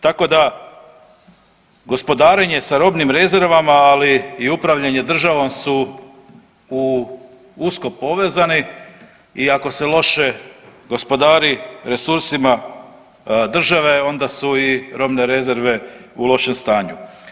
Tako da gospodarenje sa robnim rezervama, ali i upravljanje državom su usko povezani i ako se loše gospodari resursima države onda su i robne rezerve u lošem stanju.